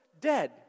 dead